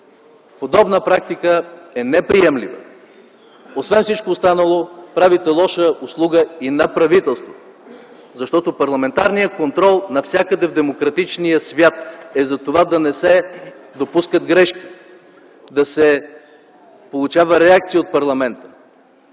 Подобна практика е неприемлива! Освен всичко останало, правите лоша услуга и на правителството, защото парламентарният контрол навсякъде в демократичния свят е за това да не се допускат грешки, да се получава реакция от парламента.